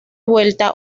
vuelta